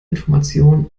information